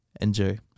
Enjoy